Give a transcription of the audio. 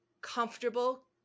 comfortable